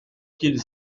qu’il